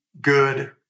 good